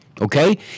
Okay